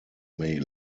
may